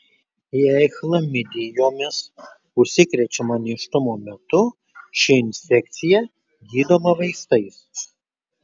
jei chlamidijomis užsikrečiama nėštumo metu ši infekcija gydoma vaistais